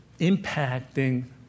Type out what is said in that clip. impacting